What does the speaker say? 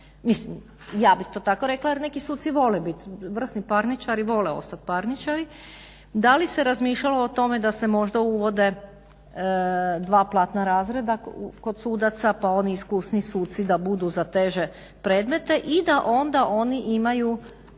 ja bih to tako rekla jer neki suci vole biti vrsni parničari, vole ostat parničari, da li se razmišljalo o tome da se možda uvode dva platna razreda kod sudaca pa oni iskusniji suci da budu za teže predmete i da onda oni imaju